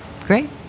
Great